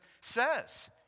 says